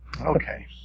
Okay